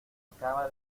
acaba